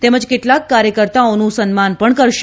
તેમજ કેટલાક કાર્યકર્તાઓનું સન્માન પણ કરશે